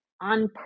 on